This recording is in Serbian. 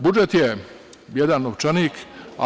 Budžet je jedan novčanik.